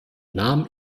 nahm